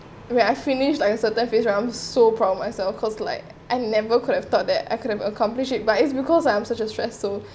when I finish like a certain fis~ I'm so proud of myself cause like I'm never could have thought that I could have accomplish it but it's because I'm in such a stress so